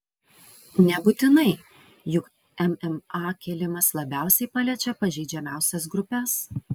nebūtinai juk mma kėlimas labiausiai paliečia pažeidžiamiausias grupes